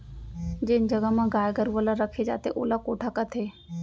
जेन जघा म गाय गरूवा ल रखे जाथे ओला कोठा कथें